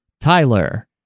Tyler